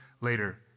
later